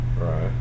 Right